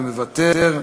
מוותר.